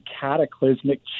cataclysmic